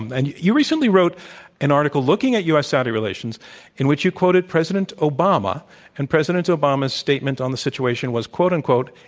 and you recently wrote an article looking at u. s. saudi relations in which you quoted president obama and president obama's statement on the situation was quote unquote,